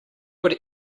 would